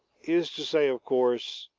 is to say, of course,